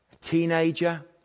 teenager